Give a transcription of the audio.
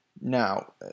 Now